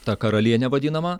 ta karalienė vadinama